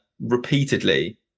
repeatedly